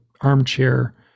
armchair